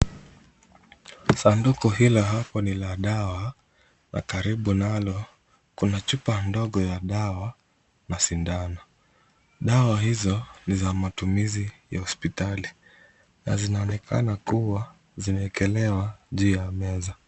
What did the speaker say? Sanduku hili hapa ni la dawa na karibu nalo kuna chupa ndogo ya dawa na sindano. Dawa hizo ni za matumizi ya hospitali na zinaonekana kuwa zimeekelewa juu ya meza.